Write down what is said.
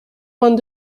vingt